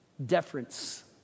Deference